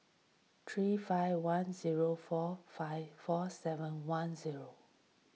three five one zero four five four seven one zero